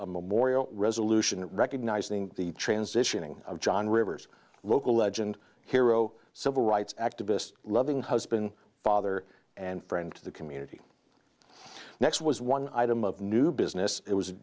a memorial resolution recognizing the transitioning of john rivers local legend hero civil rights activist loving husband father and friend to the community next was one item of new business it was